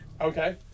Okay